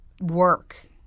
work